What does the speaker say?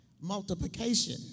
multiplication